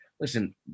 Listen